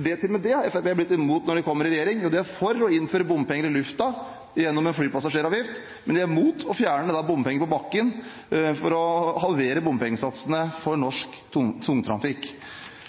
Til og med det har Fremskrittspartiet blitt imot etter at de kom i regjering. De er for å innføre bompenger i lufta gjennom en flypassasjeravgift, men de er imot å fjerne bompenger på bakken for å halvere bompengesatsene for norsk tungtrafikk.